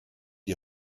die